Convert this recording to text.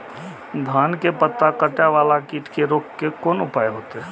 धान के पत्ता कटे वाला कीट के रोक के कोन उपाय होते?